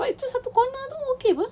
like choose satu corner tu okay [pe]